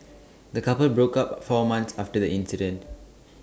the couple broke up four months after the incident